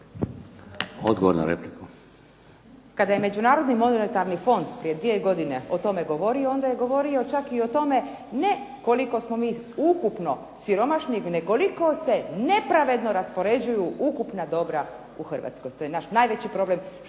Ingrid (SDP)** Kada je Međunarodni monetarni fond prije dvije godine o tome govorio, onda je govorio čak i o tome ne koliko smo mi ukupno siromašni, nego koliko se nepravedno raspoređuju ukupna dobra u Hrvatskoj. To je naš najveći problem što smo